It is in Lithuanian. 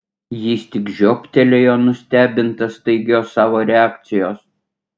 jis tik žioptelėjo nustebintas staigios savo reakcijos